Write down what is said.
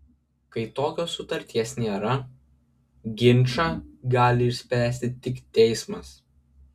kai tokios sutarties nėra ginčą gali išspręsti tik teismas